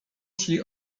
szli